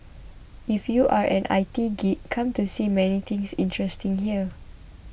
if you are an I T geek come to see many things interesting here